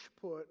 put